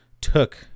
took